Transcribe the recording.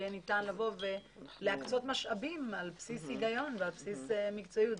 יהיה ניתן לבוא ולהקצות משאבים על בסיס הגיון ועל בסיס מקצועיות.